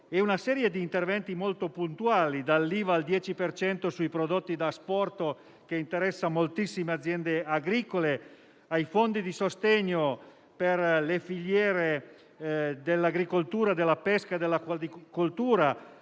una serie di interventi molto puntuali, dall'IVA al 10 per cento sui prodotti da asporto, che interessa moltissime aziende agricole, ai fondi di sostegno per le filiere dell'agricoltura, della pesca, dell'acquacoltura,